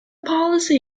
policy